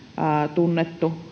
tunnettu